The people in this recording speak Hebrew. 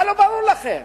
מה לא ברור לכם?